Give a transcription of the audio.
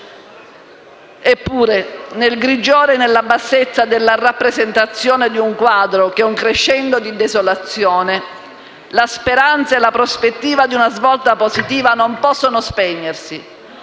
Eppure, nel grigiore e nella bassezza della rappresentazione di un quadro che è un crescendo di desolazione, la speranza e la prospettiva di una svolta positiva non possono spegnersi.